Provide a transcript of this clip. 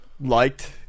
liked